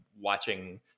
watching